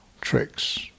tricks